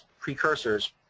precursors